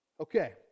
Okay